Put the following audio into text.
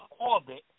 orbit